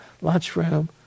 lunchroom